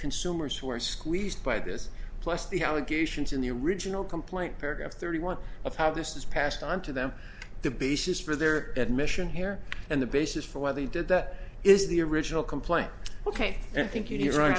consumers who are squeezed by this plus the allegations in the original complaint paragraph thirty one of how this is passed on to them the basis for their admission here and the basis for why they did that is the original complaint ok and i think